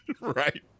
Right